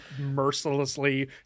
mercilessly